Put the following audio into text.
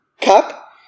cup